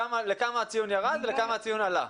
לכמה הציון ירד ולכמה הציון עלה?